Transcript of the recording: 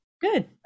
good